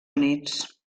units